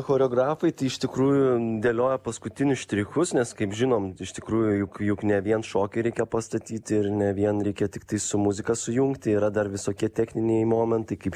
choreografai iš tikrųjų dėlioja paskutinius štrichus nes kaip žinom iš tikrųjų juk juk ne vien šokį reikia pastatyti ir ne vien reikia tiktai su muzika sujungti yra dar visokie techniniai momentai kaip